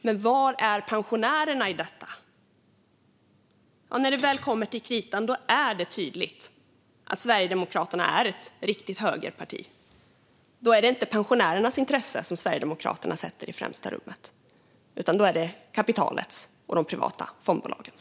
Men var är pensionärerna i detta? När det väl kommer till kritan är det tydligt att Sverigedemokraterna är ett riktigt högerparti. Då är det inte pensionärernas intressen som Sverigedemokraterna sätter i främsta rummet utan kapitalets och de privata fondbolagens.